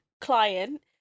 client